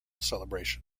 celebration